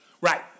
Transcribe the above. Right